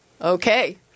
Okay